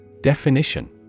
Definition